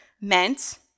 meant